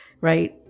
right